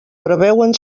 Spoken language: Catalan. preveuen